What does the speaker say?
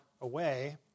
away